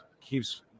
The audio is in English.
keeps